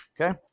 okay